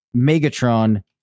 megatron